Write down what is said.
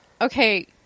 Okay